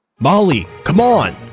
molly, come on!